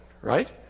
right